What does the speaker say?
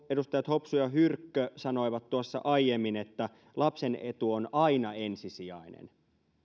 edustajat hopsu ja hyrkkö sanoivat tuossa aiemmin että lapsen etu on aina ensisijainen